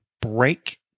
break